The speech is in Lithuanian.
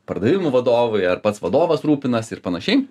pardavimų vadovui ar pats vadovas rūpinasi ir panašiai